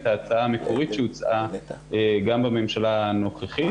ההצעה המקורית שהוצעה גם בממשלה הנוכחית,